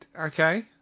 Okay